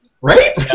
Right